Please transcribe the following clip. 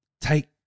take